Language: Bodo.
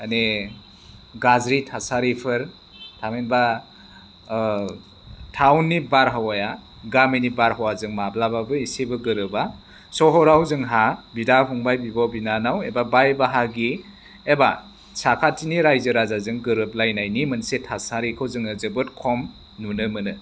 माने गाज्रि थासारिफोर थामहिनबा टाउननि बारहावाया गामिनि बारहावाजों माब्लाबाबो एसेबो गोरोबा सहराव जोंहा बिदा फंबाय बिब' बिनानाव एबा बाय बाहागि एबा साखाथिनि रायजो राजाजों गोरोबलायनायनि मोनसे थासारिखौ जोङो जोबोद खम नुनो मोनो